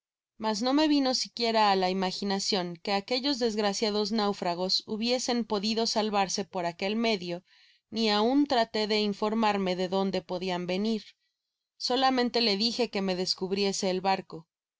mas no me vino siquiera á la imaginacion que aquellos desgraciados náufragos hubiesen podido salvarse por aquel medio ni aun traté de informarme de dónde podian venir solamente le dije que me descubriese el barco